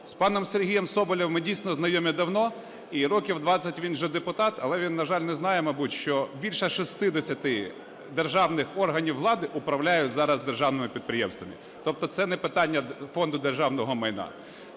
З паном Сергієм Соболєвим ми дійсно знайомі давно. І років 20 він вже депутат, але він, на жаль, не знає, мабуть, що більше 60 державних органів влади управляють зараз державними підприємствами. Тобто це не питання Фонду державного майна.